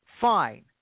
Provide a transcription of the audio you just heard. Fine